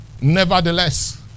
Nevertheless